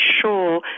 sure